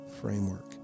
framework